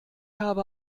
habe